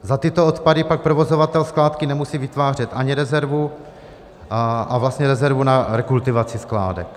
Za tyto odpady pak provozovatel skládky nemusí vytvářet ani rezervu a vlastně rezervu na rekultivaci skládek.